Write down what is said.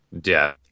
Death